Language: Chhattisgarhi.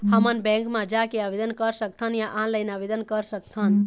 हमन बैंक मा जाके आवेदन कर सकथन या ऑनलाइन आवेदन कर सकथन?